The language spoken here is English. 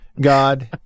god